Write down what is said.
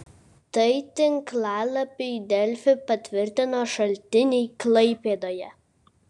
tai tinklalapiui delfi patvirtino šaltiniai klaipėdoje